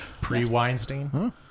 Pre-Weinstein